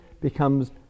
becomes